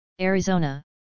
Arizona